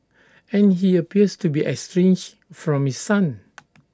and he appears to be estranged from his son